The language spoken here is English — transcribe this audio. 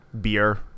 beer